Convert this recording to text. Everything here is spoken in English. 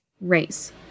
race